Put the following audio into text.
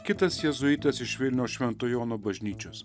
kitas jėzuitas iš vilniaus šventų jonų bažnyčios